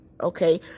okay